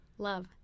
Love